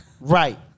Right